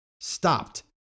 stopped